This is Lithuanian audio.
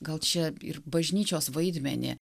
gal čia ir bažnyčios vaidmenį